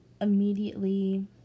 immediately